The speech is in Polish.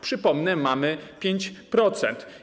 Przypomnę: mamy 5%.